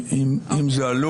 צריך להיות